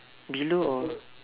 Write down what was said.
below or